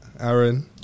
Aaron